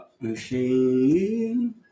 Machine